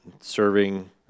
serving